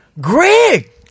Greg